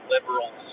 liberals